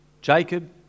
Jacob